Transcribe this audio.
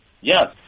Yes